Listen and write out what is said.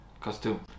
costume